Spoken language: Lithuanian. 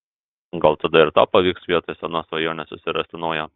gal tada ir tau pavyks vietoj senos svajonės susirasti naują